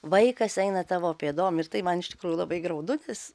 vaikas eina tavo pėdom ir tai man iš tikrųjų labai graudu nes